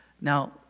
Now